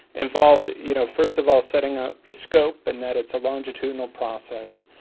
involved, you know, first of all, setting up the scope and that it's a longitudinal process,